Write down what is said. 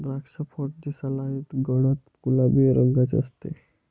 द्राक्षफळ दिसायलाही गडद गुलाबी रंगाचे असते